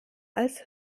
als